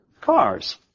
cars